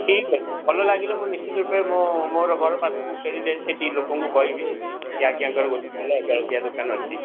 ଠିକ ଅଛି ଭଲ ଲାଗିଲେ ମୁଁ ନିଶ୍ଚିନ୍ତ ରୂପେ ମୋ ମୋର ଘର ପାଖକୁ ଫେରିଲେ ସେଠି ଲୋକଙ୍କୁ କହିବି ଯେ ଆଜ୍ଞାଙ୍କର ଗୋଟେ ଭଲ ଜଳଖିଆ ଦୋକାନ ଅଛି